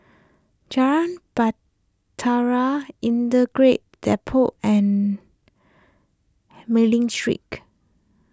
Jalan Bahtera Depot and Mei Ling